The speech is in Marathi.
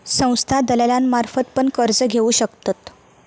संस्था दलालांमार्फत पण कर्ज घेऊ शकतत